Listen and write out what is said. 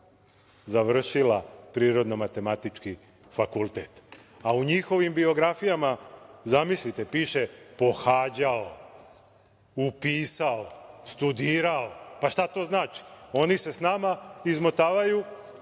završila Prirodno-matematički fakultet. A u njihovim biografijama, zamislite piše, pohađao, upisao, studirao. Pa, šta to znači, oni se sa nama izmotavaju,